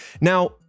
Now